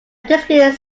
discrete